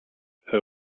her